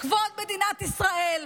לכבוד מדינת ישראל,